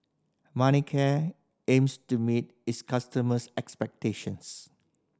manicare aims to meet its customers' expectations